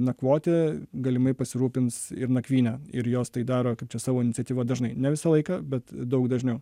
nakvoti galimai pasirūpins ir nakvyne ir jos tai daro kaip čia savo iniciatyva dažnai ne visą laiką bet daug dažniau